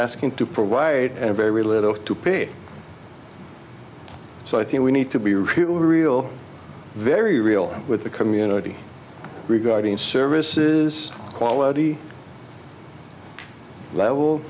asking to provide very little to pay so i think we need to be real real very real with the community regarding services quality level